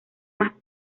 más